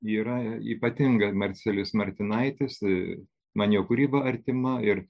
yra ypatinga marcelijus martinaitis i man jo kūryba artima ir